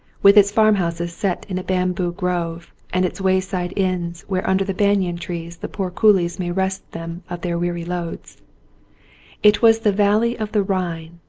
with its farmhouses set in a bamboo grove and its way side inns where under the banyan trees the poor coolies may rest them of their weary loads it was the valley of the rhine,